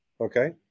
okay